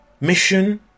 mission